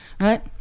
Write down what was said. right